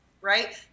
right